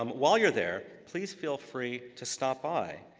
um while you're there, please feel free to stop by,